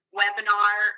webinar